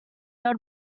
there